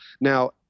Now